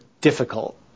difficult